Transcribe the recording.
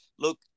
Look